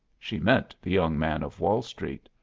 she meant the young man of wall street.